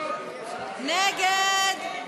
סעיפים 16 22, כהצעת הוועדה,